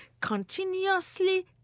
continuously